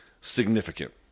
significant